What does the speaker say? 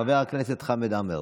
חבר הכנסת חמד עמאר.